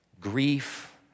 Grief